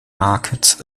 markets